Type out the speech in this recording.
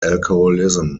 alcoholism